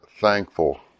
thankful